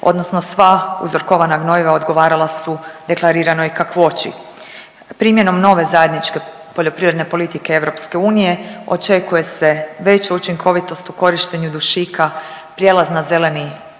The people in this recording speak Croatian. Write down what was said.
odnosno sva uzorkovana gnojiva odgovarala su deklariranoj kakvoći. Primjenom nove zajedničke poljoprivredne politike EU očekuje se veća učinkovitost u korištenju dušika, prijelaz na zeleni